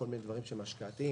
הכול מדברים שהם השקעתיים,